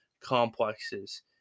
complexes